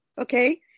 Okay